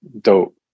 dope